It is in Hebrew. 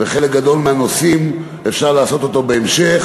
חלק גדול מהנושאים אפשר לחוקק בהמשך,